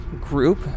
group